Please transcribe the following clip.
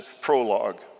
prologue